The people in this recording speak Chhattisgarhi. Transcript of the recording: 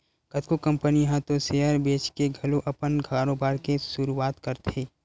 कतको कंपनी ह तो सेयर बेंचके घलो अपन कारोबार के सुरुवात करथे